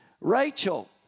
Rachel